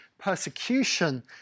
persecution